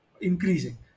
increasing